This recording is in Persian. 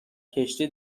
کشتی